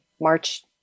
March